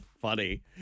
funny